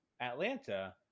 Atlanta